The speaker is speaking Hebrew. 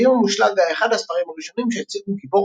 "היום המושלג" היה אחד הספרים הראשונים שהציגו גיבור